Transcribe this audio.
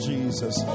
Jesus